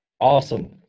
Awesome